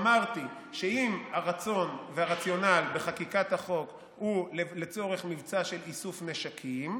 אמרתי שאם הרצון והרציונל בחקיקת החוק הוא לצורך מבצע של איסוף נשקים,